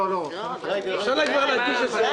צריך כבר להגיש את זה.